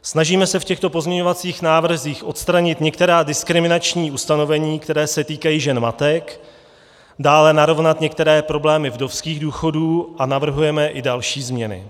Snažíme se v těchto pozměňovacích návrzích odstranit některá diskriminační ustanovení, která se týkají žen matek, dále narovnat některé problémy vdovských důchodů a navrhujeme i další změny.